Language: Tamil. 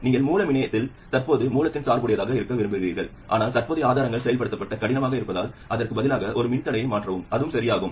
நீங்கள் மூல முனையத்தில் தற்போதைய மூலத்துடன் சார்புடையதாக இருக்க விரும்புகிறீர்கள் ஆனால் தற்போதைய ஆதாரங்கள் செயல்படுத்த கடினமாக இருப்பதால் அதற்கு பதிலாக ஒரு மின்தடையை மாற்றவும் அதுவே சரியாகும்